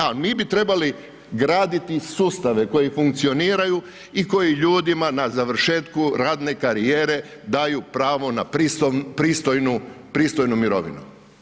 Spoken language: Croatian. A mi bi trebali graditi sustave koji funkcioniraju i koji ljudima na završetku radne karijere daju pravo na pristojnu mirovinu.